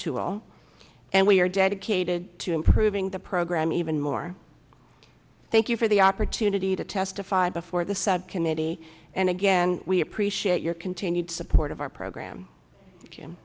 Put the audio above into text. tool and we are dedicated to improving the program even more thank you for the opportunity to testify before the subcommittee and again we appreciate your continued support of our program